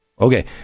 okay